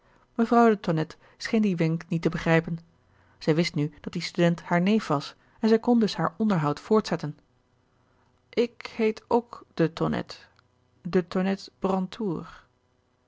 mevrouw de tonnette scheen dien wenk niet te begrijpen zij wist nu dat die student haar neef was en zij kon dus haar onderhoud voortzetten ik heet ook de